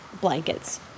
Blankets